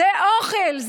זה אוכל.